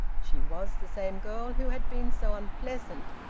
she was the same girl who had been so unpleasant,